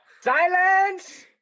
Silence